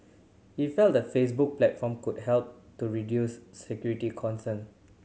he felt the Facebook platform could help to reduce security concern